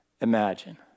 imagine